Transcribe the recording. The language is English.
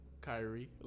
Kyrie